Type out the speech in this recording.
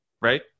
right